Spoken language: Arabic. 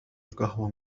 القهوة